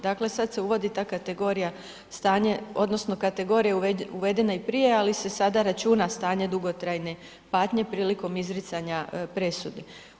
Dakle sad se uvodi ta kategorija stanje odnosno kategorija uvedena i prije ali se sada računa stanje dugotrajne patnje prilikom izricanja presude.